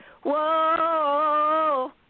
whoa